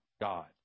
God